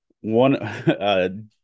One